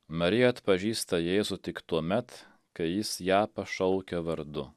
marija atpažįsta jėzų tik tuomet kai jis ją pašaukia vardu